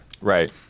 Right